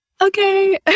okay